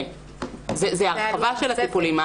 זו הרחבה של הטיפולים.